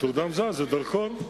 תעודה מזהה זה דרכון.